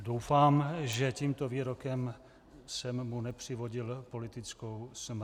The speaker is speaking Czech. Doufám, že tímto výrokem jsem mu nepřivodil politickou smrt.